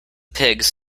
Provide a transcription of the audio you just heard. pigs